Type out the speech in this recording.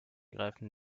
greifen